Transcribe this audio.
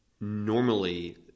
normally